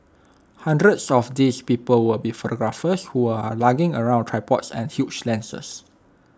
hundreds of these people will be photographers who are lugging around tripods and huge lenses